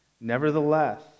Nevertheless